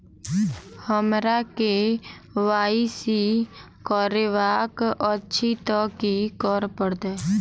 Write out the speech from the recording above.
हमरा केँ Y C करेवाक अछि तऽ की करऽ पड़तै?